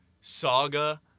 saga